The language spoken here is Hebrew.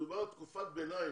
מדובר על תקופת ביניים.